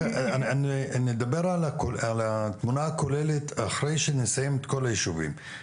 נדבר על התמונה הכוללת אחרי שנסיים את כל הישובים.